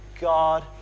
God